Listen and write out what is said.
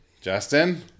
Justin